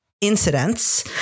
incidents